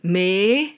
may